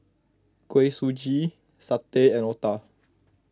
Kuih Suji Satay and Otah